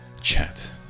chat